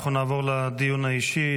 אנחנו נעבור לדיון האישי.